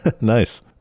nice